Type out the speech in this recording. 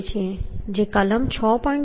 જે કલમ 6